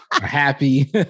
happy